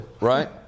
Right